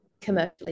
commercially